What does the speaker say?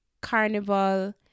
Carnival